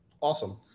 Awesome